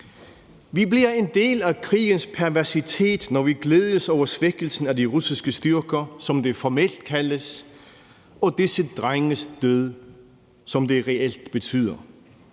Vi bliver en del af krigens perversitet, når vi glædes over svækkelsen af de russiske styrker, som det formelt kaldes, og disse drenges død, som det reelt betyder,